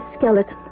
skeleton